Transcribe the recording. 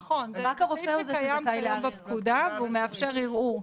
נכון, זה סעיף שקיים כיום בפקודה והוא מאשר ערעור.